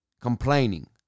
complaining